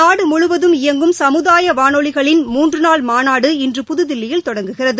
நாடு முழுவதும் இயங்கும் சமுதாய வானொலிகளின் மூன்று நாள் மாநாடு இன்று புதுதில்லியில் தொடங்குகிறது